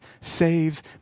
saves